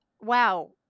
wow